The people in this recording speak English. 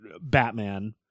Batman